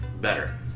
better